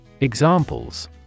Examples